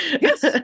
Yes